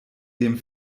dem